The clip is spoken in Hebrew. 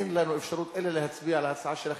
אין לנו אפשרות אלא להצביע על ההצעה שלכם,